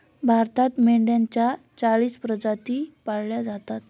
भारतात मेंढ्यांच्या चाळीस प्रजाती पाळल्या जातात